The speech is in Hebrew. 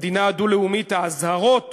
המדינה הדו-לאומית: האזהרות